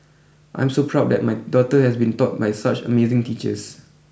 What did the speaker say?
I'm so proud that my daughter has been taught by such amazing teachers